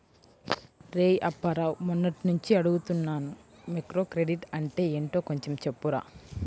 రేయ్ అప్పారావు, మొన్నట్నుంచి అడుగుతున్నాను మైక్రోక్రెడిట్ అంటే ఏంటో కొంచెం చెప్పురా